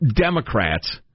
Democrats